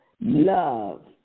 love